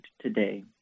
today